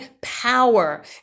power